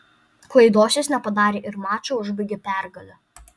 klaidos jis nepadarė ir mačą užbaigė pergale